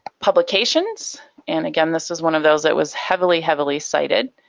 publications and again this is one of those that was heavily heavily cited.